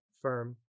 firm